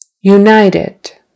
united